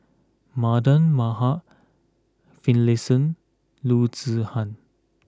Mardan Maham Finlayson Loo Zihan